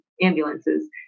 ambulances